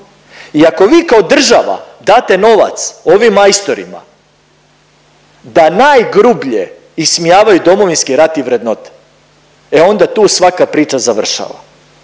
i ako vi kao država date novac ovim majstorima da najgrublje ismijavaju Domovinski rat i vrednote, e onda tu svaka priča završava